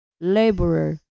Laborer